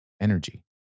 energy